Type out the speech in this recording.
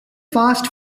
fast